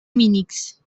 minix